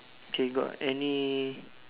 okay got any